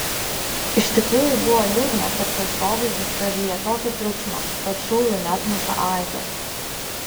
iš tikrųjų buvo liūdna kad kraštovaizdis praryja tokį triukšmą kad šūvių neatmuša aidas